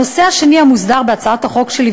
הנושא השני המוסדר בהצעת החוק שלי,